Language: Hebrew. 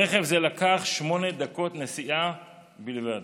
ברכב זה לקח שמונה דקות נסיעה בלבד.